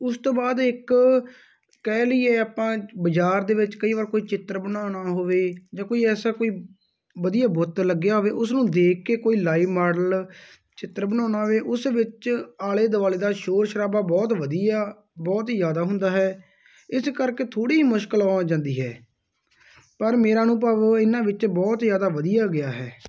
ਉਸ ਤੋਂ ਬਾਅਦ ਇੱਕ ਕਹਿ ਲਈਏ ਆਪਾਂ ਬਾਜ਼ਾਰ ਦੇ ਵਿੱਚ ਕਈ ਵਾਰ ਕੋਈ ਚਿੱਤਰ ਬਣਾਉਣਾ ਹੋਵੇ ਜਾਂ ਕੋਈ ਐਸਾ ਕੋਈ ਵਧੀਆ ਬੁੱਤ ਲੱਗਿਆ ਹੋਵੇ ਉਸ ਨੂੰ ਦੇਖ ਕੇ ਕੋਈ ਲਾਈਵ ਮਾਡਲ ਚਿੱਤਰ ਬਣਾਉਣਾ ਹੋਵੇ ਉਸ ਵਿੱਚ ਆਲੇ ਦੁਆਲੇ ਦਾ ਸ਼ੋਰ ਸ਼ਰਾਬਾ ਬਹੁਤ ਵਧੀਆ ਬਹੁਤ ਹੀ ਜ਼ਿਆਦਾ ਹੁੰਦਾ ਹੈ ਇਸ ਕਰਕੇ ਥੋੜ੍ਹੀ ਮੁਸ਼ਕਲ ਹੋ ਜਾਂਦੀ ਹੈ ਪਰ ਮੇਰਾ ਅਨੁਭਵ ਇਹਨਾਂ ਵਿੱਚ ਬਹੁਤ ਜ਼ਿਆਦਾ ਵਧੀਆ ਗਿਆ ਹੈ